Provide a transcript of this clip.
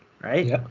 right